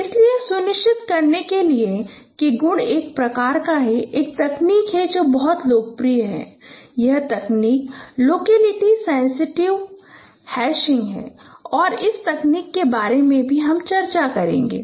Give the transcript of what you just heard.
इसलिए यह सुनिश्चित करने के लिए कि गुण एक प्रकार का है एक तकनीक है जो बहुत लोकप्रिय है और यह तकनीक लोकेलिटी सेंसेटिव हैशिंग है और हम इस तकनीक के बारे में भी चर्चा करेंगे